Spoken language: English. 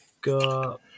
got